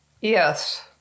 Yes